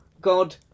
god